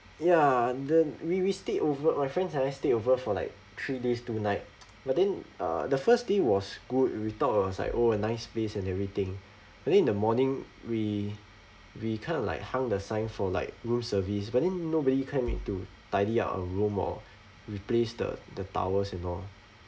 ya the we we stayed over my friends and I stayed over for like three days two night but then uh the first day was good we thought it was like oh a nice place and everything but then in the morning we we kind of like hung the sign for like room service but then nobody came in to tidy our room or replace the the towels and all